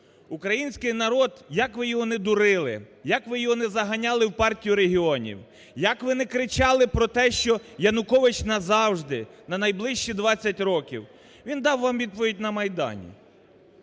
Український народ, як ви його не дурили, як ви його не заганяли в Партію регіонів, як ви не кричали про те, що Янукович назавжди, на найближчі 20 років, він дав вам відповідь на Майдані.